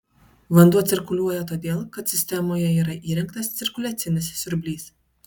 vanduo cirkuliuoja todėl kad sistemoje yra įrengtas cirkuliacinis siurblys